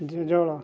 ଜଳ